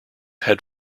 had